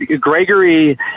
Gregory